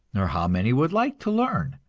nor how many would like to learn,